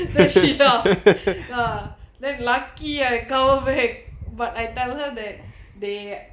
then she laugh ah then lucky I cover bag but I tell her that they